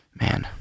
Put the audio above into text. Man